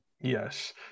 Yes